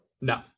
No